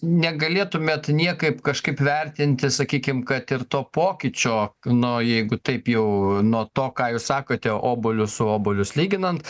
negalėtumėt niekaip kažkaip vertinti sakykim kad ir to pokyčio nu jeigu taip jau nuo to ką jūs sakote obuolius obuolius lyginan